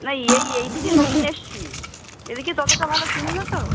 না এই এই দিকে নতুন এসেছি এদিকে ততটা ভালো চিনি না তো